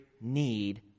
need